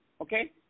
Okay